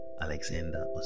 Alexander